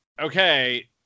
okay